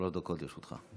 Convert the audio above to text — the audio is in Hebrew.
בבקשה, שלוש דקות לרשותך.